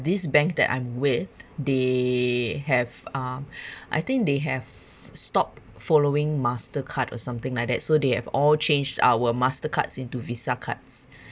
this bank that I'm with they have uh I think they have stopped following mastercard or something like that so they have all changed our mastercards into visa cards